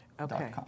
Okay